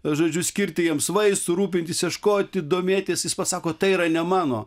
žodžiu skirti jiems vaistų rūpintis ieškoti domėtis jis pasako tai yra ne mano